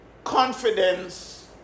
Confidence